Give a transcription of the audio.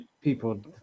people